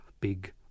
big